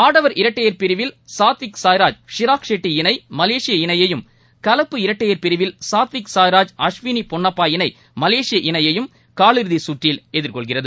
ஆடவர் இரட்டையர் பிரிவில் சாத்விக் சாய்ராஜ் ஷிராக் ஷெட்டி இணைமலேசிய இணையையும் கலப்பு இரட்டையர் பிரிவில் சாத்விக் சாய்ராஜ் அஸ்வினிபொன்னப்பா இணைமலேசிய இணையையும் காலிறுதிசுற்றில் எதிர்கொள்கின்றது